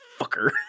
Fucker